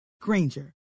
Granger